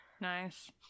nice